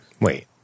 Wait